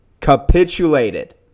Capitulated